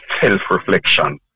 self-reflection